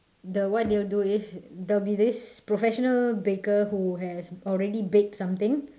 the what they will do is there will be this professional baker who has already baked something